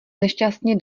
nešťastně